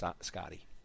Scotty